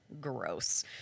gross